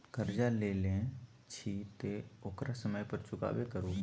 करजा लेने छी तँ ओकरा समय पर चुकेबो करु